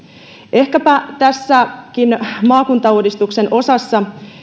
ehkäpä tässäkin maakuntauudistuksen osassa